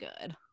good